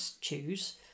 choose